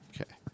Okay